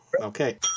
Okay